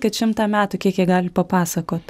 kad šimtą metų kiek jie gali papasakot